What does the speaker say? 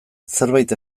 zerbait